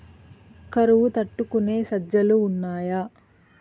కరువు తట్టుకునే సజ్జలు ఉన్నాయా